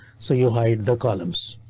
so you hide the columns.